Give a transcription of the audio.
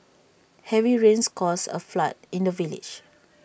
heavy rains caused A flood in the village